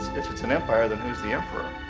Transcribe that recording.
if it's an empire, then who is the emperor?